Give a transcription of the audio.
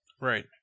Right